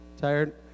tired